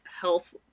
health